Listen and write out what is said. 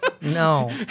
No